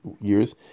years